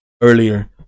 earlier